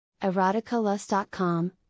Eroticalust.com